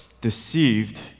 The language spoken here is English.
deceived